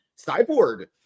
Cyborg